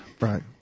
Right